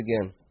again